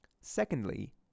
Secondly